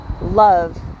love